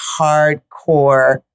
hardcore